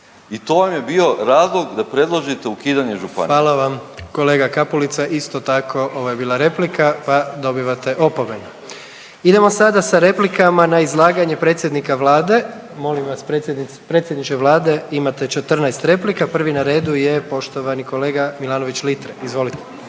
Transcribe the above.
i to vam je bio razlog da predložite ukidanje županija. **Jandroković, Gordan (HDZ)** Hvala vam. Kolega Kapulica isto tako ovo je bila replika, pa dobivate opomenu. Idemo sada sa replikama na izlaganje predsjednika vlade, molim vas predsjedniče vlade imate 14 replika, prvi na redu je poštovani kolega Milanović Litre, izvolite.